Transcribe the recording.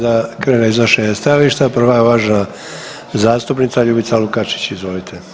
da krene iznošenje stajališta, prva je uvažena zastupnica Ljubica Lukačić, izvolite.